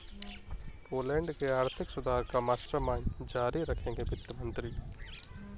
Poland के आर्थिक सुधार का मास्टरमाइंड जारी रखेंगे वित्त मंत्री